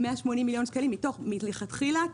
מלכתחילה,